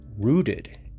rooted